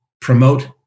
promote